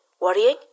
Worrying